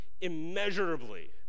immeasurably